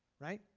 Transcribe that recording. right?